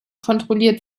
kontrolliert